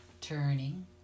turning